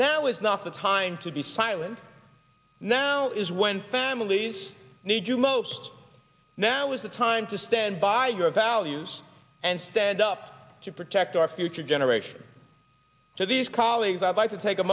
now is not the time to be silent now is when families need you most now is the time to stand by your values and stand up to protect our future generations so these colleagues i'd like to take a